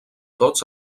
tots